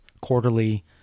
quarterly